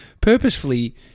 purposefully